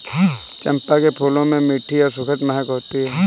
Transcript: चंपा के फूलों में मीठी और सुखद महक होती है